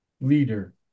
leader